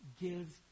gives